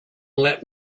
let